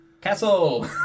castle